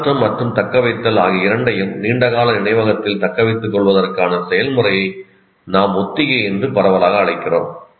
பரிமாற்றம் மற்றும் தக்கவைத்தல் ஆகிய இரண்டையும் நீண்டகால நினைவகத்தில் தக்க வைத்துக் கொள்வதற்கான செயல்முறையை நாம் ஒத்திகை என்று பரவலாக அழைக்கிறோம்